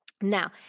Now